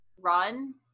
run